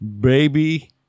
Baby